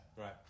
Right